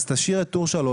אז תשאיר את טור 3,